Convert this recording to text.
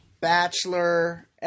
Bachelor